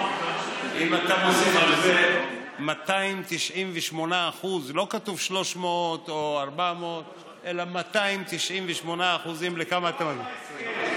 אם אתה מוסיף על זה 298% לא כתוב 300% או 400% אלא 298%. מכוח ההסכמים,